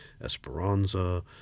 Esperanza